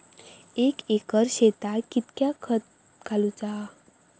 एक एकर शेताक कीतक्या खत घालूचा?